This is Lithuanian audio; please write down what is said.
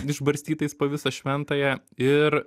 išbarstytais po visą šventąją ir